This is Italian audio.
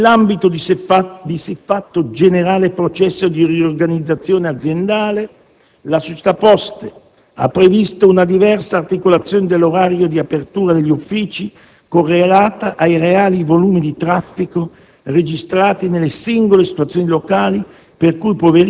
Nell'ambito di siffatto generale processo di riorganizzazione aziendale, la società Poste ha previsto una diversa articolazione dell'orario di apertura degli uffici correlata ai reali volumi di traffico registrati nelle singole situazioni locali,